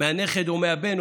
מהנכד או מהבן,